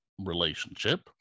relationship